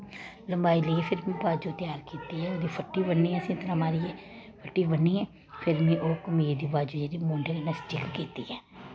लम्बाई लेई ऐ फिर में बाजू त्यार कीती ऐ ओह्दा फट्टी ब'न्नी सनातरां मारियै फट्टी ब'न्नीयै फिर में ओह् कमीज दा बाजू जेह्ड़ी म्हूंडे दा चैक कीती ऐ